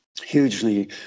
Hugely